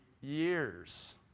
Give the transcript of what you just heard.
years